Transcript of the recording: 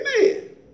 Amen